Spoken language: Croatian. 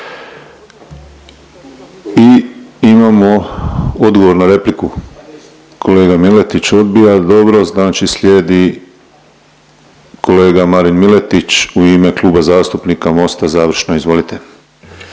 I imamo odgovor na repliku, kolega Miletić odbija. Dobro, znači slijedi kolega Marin Miletić u ime Kluba zastupnika Mosta završno, izvolite.